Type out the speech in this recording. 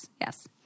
yes